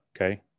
Okay